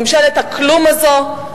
ממשלת הכלום הזאת.